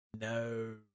No